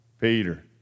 Peter